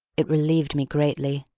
it relieved me greatly.